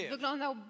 Wyglądał